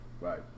Right